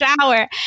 shower